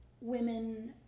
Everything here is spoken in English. women